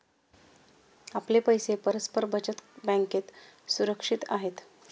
आपले पैसे परस्पर बचत बँकेत सुरक्षित आहेत